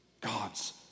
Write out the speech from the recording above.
God's